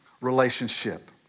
relationship